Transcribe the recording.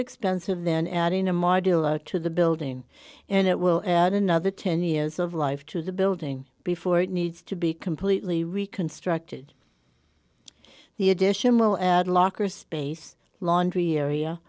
expensive than adding a model to the building and it will add another ten years of life to the building before it needs to be completely reconstructed the addition will add locker space laundry area